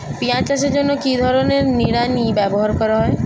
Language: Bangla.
পিঁয়াজ চাষের জন্য কি ধরনের নিড়ানি ব্যবহার করা হয়?